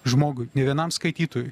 žmogui nė vienam skaitytojui